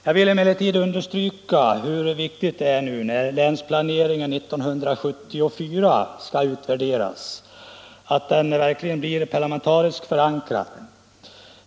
Jag vill emellertid understryka hur viktigt det är när länsplaneringen 1974 nu skall utvärderas att den verkligen blir parlamentariskt förankrad.